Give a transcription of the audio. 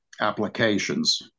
applications